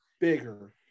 bigger